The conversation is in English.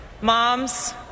Moms